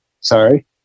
sorry